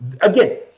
Again